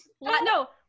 No